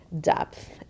depth